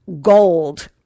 gold